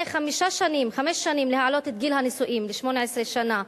חמש שנים להעלות את גיל הנישואים ל-18 שנה.